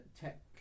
tech